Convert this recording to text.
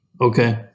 Okay